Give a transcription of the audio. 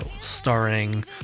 starring